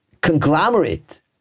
conglomerate